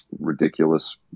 ridiculous